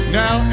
now